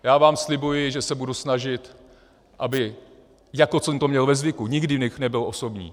Já vám slibuji, že se budu snažit, aby jako jsem to měl ve zvyku, nikdy bych nebyl osobní.